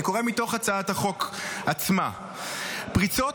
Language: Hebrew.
אני קורא מתוך הצעת החוק עצמה: פריצות